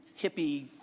hippie